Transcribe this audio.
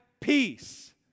peace